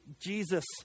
Jesus